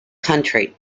country